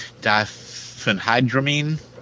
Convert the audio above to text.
diphenhydramine